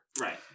Right